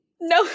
No